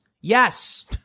Yes